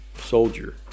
soldier